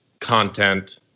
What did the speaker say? content